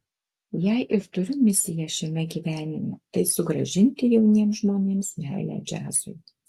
jei ir turiu misiją šiame gyvenime tai sugrąžinti jauniems žmonėms meilę džiazui